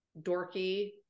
dorky